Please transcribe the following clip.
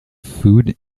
food